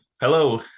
Hello